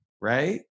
right